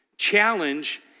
Challenge